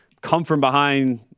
come-from-behind